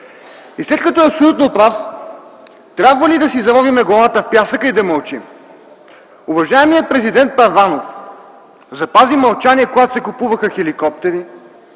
И след като е абсолютно прав, трябва ли да си заровим главата в пясъка и да мълчим? Уважаемият президент Първанов запази мълчание, когато се купуваха хеликоптери,